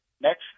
Next